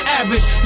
average